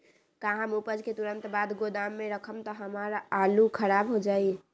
का हम उपज के तुरंत बाद गोदाम में रखम त हमार आलू खराब हो जाइ?